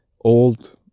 old